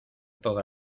toda